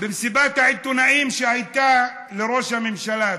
במסיבת העיתונאים שהייתה לראש הממשלה,